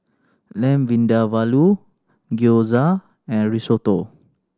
Lamb Vindaloo Gyoza and Risotto